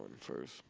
first